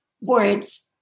words